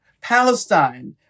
Palestine